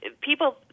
People